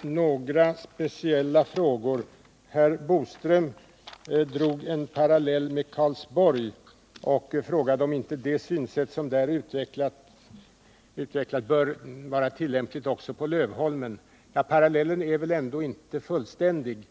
Några speciella frågor: Herr Boström drog en parallell med Karlsborg och frågade om inte det synsätt som där utvecklats bör vara tillämpligt också på Lövholmen. Den parallellen är väl ändå inte fullständig.